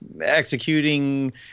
executing